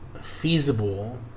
feasible